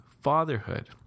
fatherhood